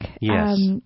Yes